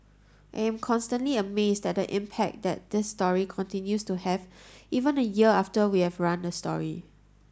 I am constantly amazed at the impact that this story continues to have even a year after we have run the story